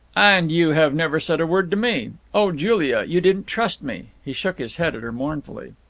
and you have never said a word to me! oh, julia, you didn't trust me. he shook his head at her mournfully.